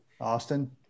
Austin